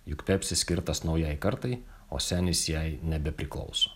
juk pepsis skirtas naujai kartai o senis jai nebepriklauso